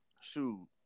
Shoot